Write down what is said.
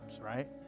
right